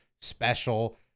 special